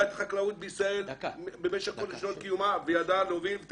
את החקלאות בישראל במשך כל שנות קיומה וידעה להוביל.